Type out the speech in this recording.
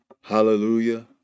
Hallelujah